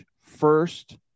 first